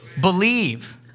Believe